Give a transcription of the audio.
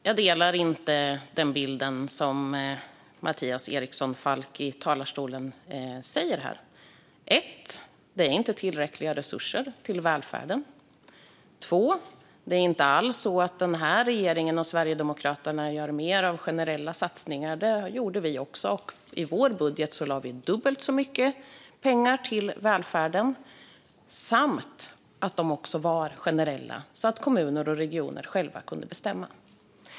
Fru talman! Jag delar inte Mattias Eriksson Falks bild. Ett: Det är inte tillräckliga resurser till välfärden. Två: Det är inte alls så att den här regeringen och Sverigedemokraterna gör mer generella satsningar - sådana gjorde vi socialdemokrater också. I vår budget lade vi dubbelt så mycket pengar på välfärden, och de var också generella så att kommuner och regioner själva kunde bestämma.